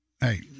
Hey